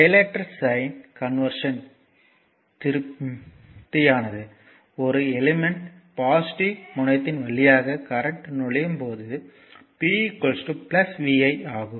செயலற்ற sign conversion திருப்தியானது ஒரு எலிமென்டயின் பாசிட்டிவ் முனையத்தின் வழியாக கரண்ட் நுழையும் போது p vi ஆகும்